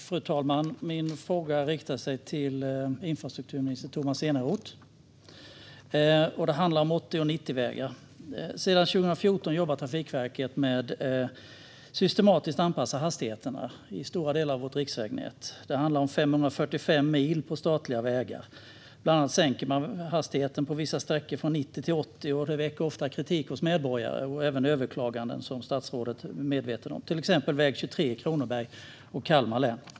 Fru talman! Min fråga riktar sig till infrastrukturminister Tomas Eneroth. Den handlar om 80 och 90-vägar. Sedan 2014 jobbar Trafikverket med att systematiskt anpassa hastigheterna i stora delar av vårt riksvägnät. Det handlar om 545 mil på statliga vägar. Bland annat sänker man hastigheten på vissa sträckor från 90 till 80, och det väcker ofta kritik hos medborgare. Det leder även till överklaganden, som statsrådet är medveten om. Det gäller till exempel väg 23 i Kronobergs och Kalmar län.